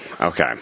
Okay